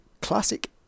classic